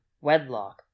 Wedlock